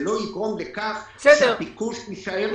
זה לא יגרום לכך שהביקוש יתקיים.